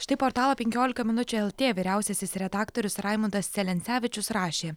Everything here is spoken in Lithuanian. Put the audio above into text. štai portalo penkiolika minučių el tė vyriausiasis redaktorius raimundas celencevičius rašė